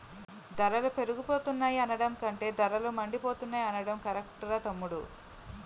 ధరలు పెరిగిపోతున్నాయి అనడం కంటే ధరలు మండిపోతున్నాయ్ అనడం కరెక్టురా తమ్ముడూ